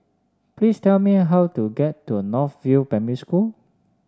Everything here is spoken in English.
please tell me how to get to North View Primary School